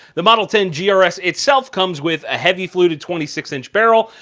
the model ten grs itself comes with a heavy fluted twenty six inch barrel,